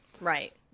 right